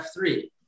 F3